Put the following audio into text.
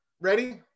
ready